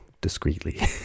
discreetly